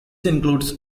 includes